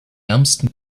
ärmsten